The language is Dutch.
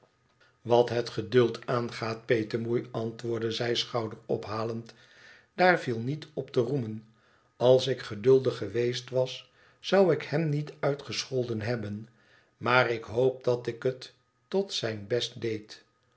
wat het geduld aangaat petemoei antwoordde zij schouderophalend daar viel niet op te roemen ais ik geduldig geweest was zou ik hem niet uitgescholden hebben maar ik hoop dat ik het tot zijn best deed